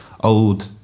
old